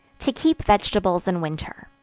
to keep vegetables in winter.